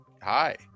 Hi